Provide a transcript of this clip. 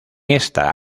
esta